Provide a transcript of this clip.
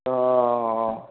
ତ